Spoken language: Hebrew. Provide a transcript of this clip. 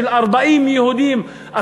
של 40,000 ליהודים,